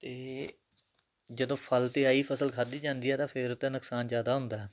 ਅਤੇ ਜਦੋਂ ਫਲ 'ਤੇ ਆਈ ਫਸਲ ਖਾਧੀ ਜਾਂਦੀ ਹੈ ਤਾਂ ਫਿਰ ਤਾਂ ਨੁਕਸਾਨ ਜ਼ਿਆਦਾ ਹੁੰਦਾ